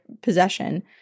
possession